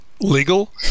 legal